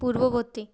পূর্ববর্তী